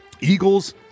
Eagles